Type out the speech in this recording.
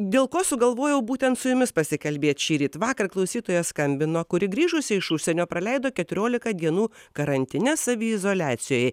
dėl ko sugalvojau būtent su jumis pasikalbėt šįryt vakar klausytoja skambino kuri grįžusi iš užsienio praleido keturioliką dienų karantine saviizoliacijoj